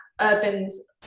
Urban's